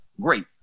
Great